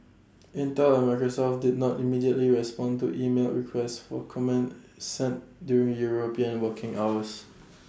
Intel and Microsoft did not immediately respond to emailed requests for comment sent during european working hours